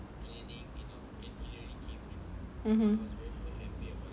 (uh huh)